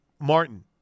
Martin